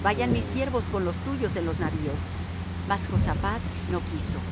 vayan mis siervos con los tuyos en los navíos mas josaphat no quiso